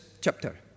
chapter